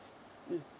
mm